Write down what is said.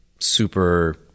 super